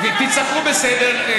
מי ישלם לעובד?